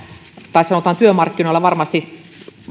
tai sanotaan työmarkkinoilla varmasti